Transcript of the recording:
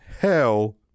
hell